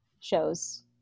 shows